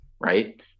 right